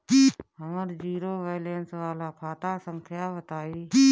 हमर zero balance वाला खाता संख्या बताई?